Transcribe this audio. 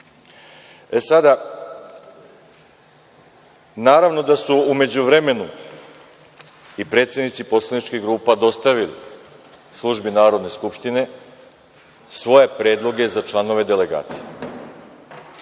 manjina. Naravno da su u međuvremenu i predsednici poslaničkih grupa dostavili Službi Narodne skupštine svoje predloge za članove delegacija